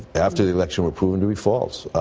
after the election, were proven to be false.